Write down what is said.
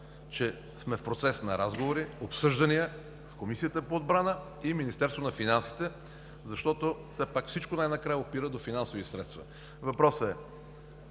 че сме в процес на разговори, обсъждания с Комисията по отбрана и Министерство на финансите, защото все пак всичко най-накрая опира до финансовите средства. Въпросът е